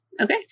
Okay